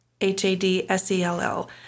H-A-D-S-E-L-L